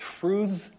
truths